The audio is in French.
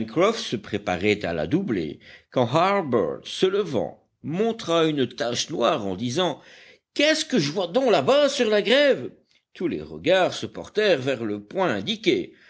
se préparait à la doubler quand harbert se levant montra une tache noire en disant qu'est-ce que je vois donc là-bas sur la grève tous les regards se portèrent vers le point indiqué